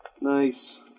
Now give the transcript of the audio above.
Nice